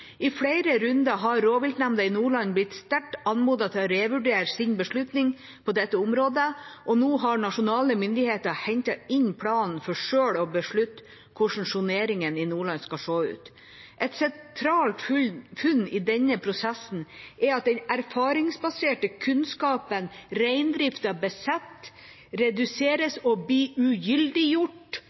I flere runder har rovviltnemda i Nordland blitt sterkt anmodet til å revurdere sin beslutning på dette området, og nå har nasjonale myndigheter hentet inn planen for selv å beslutte hvordan soneringen i Nordland skal se ut. Et sentralt funn i denne prosessen er at den erfaringsbaserte kunnskapen reindriften besitter, reduseres og